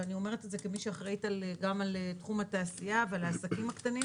ואני אומרת את זה כמי שאחראית על תחום התעשייה ועל העסקים הקטנים,